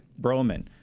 Broman